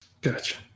Gotcha